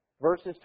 verses